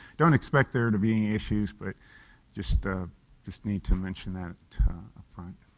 don't expect there to be any issues, but just ah just need to mention that up front.